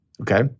Okay